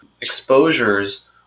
exposures